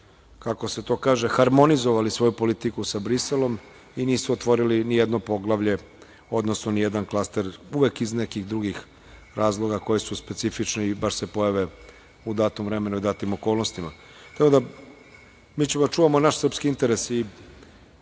kako se to kaže, harmonizovali svoju politiku sa Briselom i nisu otvorili ni jedno poglavlje, odnosno ni jedan klaster. Uvek iz nekih drugih razloga koji su specifični i baš se pojave u datom vremenu i datim okolnostima. Mi ćemo da čuvamo naš srpski interes i